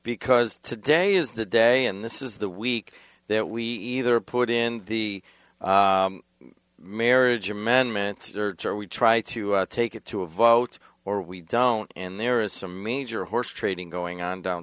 because today is the day and this is the week that we either put in the marriage amendment or we try to take it to a vote or we don't and there is some major horse trading going on down